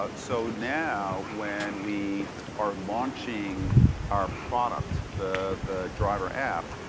ah so now when we are launching our product, the driver app,